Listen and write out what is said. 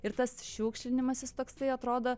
ir tas šiukšlinimas jis toksai atrodo